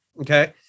okay